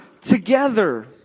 together